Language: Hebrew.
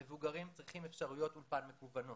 המבוגרים צריכים אפשרויות אולפן מקוונות.